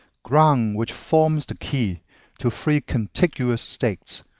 ground which forms the key to three contiguous states,